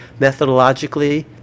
methodologically